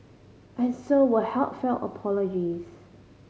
and so were heartfelt apologies